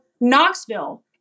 Knoxville